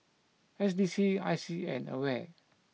S D C I C and Aware